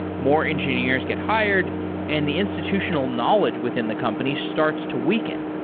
more engineers get hired and the institutional knowledge within the company starts to weaken.